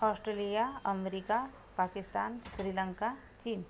Australia America Pakistan Sri Lanka चीन